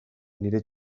nire